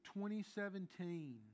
2017